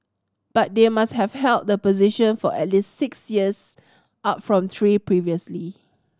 but they must have held the position for at least six years up from three previously